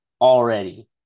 Already